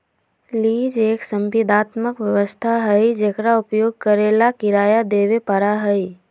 lease एक संविदात्मक व्यवस्था हई जेकरा उपयोग करे ला किराया देवे पड़ा हई